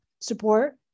support